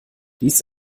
dies